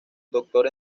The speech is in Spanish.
doctor